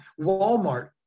Walmart